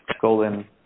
golden